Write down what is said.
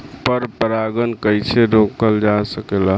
पर परागन कइसे रोकल जा सकेला?